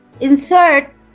insert